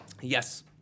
Yes